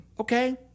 Okay